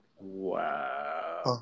Wow